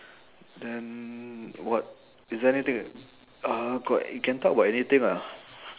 then what is there anything uh got you can talk about anything lah